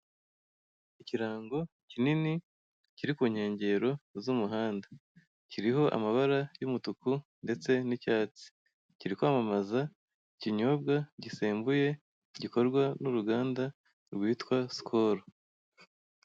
Ikirango kinni kiri ku nkengero z'umuhanda, kirimo amabara y'umumutuku ndetse n'icyatsi, kiri kwamamaza ikinyobwa gisembuye gikorwa n'uruganda, rwitwa sikoru.